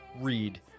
read